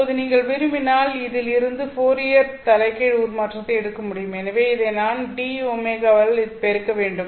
இப்போது நீங்கள் விரும்பினால் இதில் இருந்து ஃபோரியர் தலைகீழ் உருமாற்றத்தை எடுக்க முடியும் எனவே இதை நாம் dω ஆல் இதை பெருக்க வேண்டும்